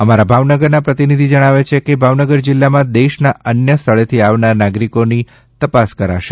અમારા ભાવનગરના પ્રતિનિધિ જણાવે છે કે ભાવનગર જિલ્લામાં દેશના અન્ય સ્થળેથી આવનાર નાગરિકોની તપાસ કરાશે